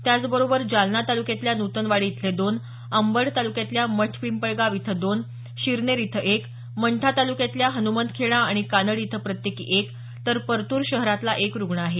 त्याचबरोबर जालना तालुक्यातल्या नूतनवाडी इथले दोन अंबड तालुक्यातल्या मठपिंपळगाव इथं दोन शिरनेर इथं एक मंठा तालुक्यातल्या हनुमंतखेडा आणि कानडी इथं प्रत्येकी एक तर परतूर शहरातला एक रुग्ण आहे